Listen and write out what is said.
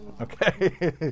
Okay